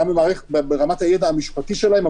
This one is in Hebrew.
גם ברמת הידע המשפטי שלהם,